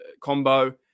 combo